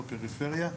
בפריפריה,